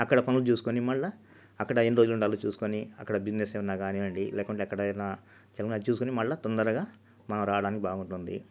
అక్కడ పనులు చూసుకొని మళ్ళీ అక్కడ ఎన్ని రోజులు ఉండాలో చూసుకొని అక్కడ బిజినెస్సు ఉన్నా కానీయండి లేకుంటే ఎక్కడైనా ఏదైనా చూసుకొని మళ్ళీ తొందరగా మనం రావడానికి బాగుంటుంది